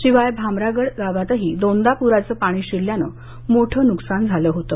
शिवाय भामरागड गावातही दोनदा प्राचे पाणी शिरल्याने मोठं नुकसान झालं होतं